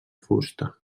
fusta